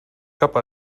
cap